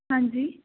ਹਾਂਜੀ